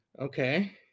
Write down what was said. Okay